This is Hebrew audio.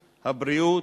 הבריאות,